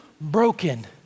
broken